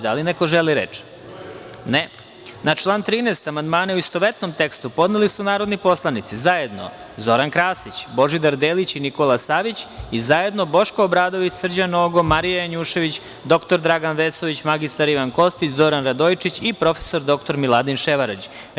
Da li neko želi reč? (Ne) Na član 13. amandmane u istovetnom tekstu podneli su narodni poslanici zajedno Zoran Krasić, Božidar Delić i Nikola Savić i zajedno Boško Obradović, Srđan Nogo, Marija Janjušević, dr Dragan Vesović, mr Ivan Kostić, Zoran Radojičić i prof. dr Miladin Ševarlić.